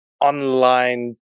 online